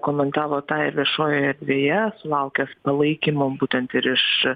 komentavo tą ir viešojoje erdvėje sulaukęs palaikymo būtent ir iš